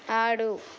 ఆడు